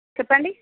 చెప్పండి